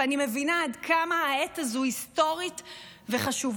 ואני מבינה עד כמה העת הזו היסטורית וחשובה.